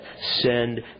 send